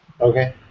Okay